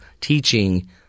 teaching